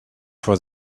for